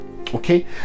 okay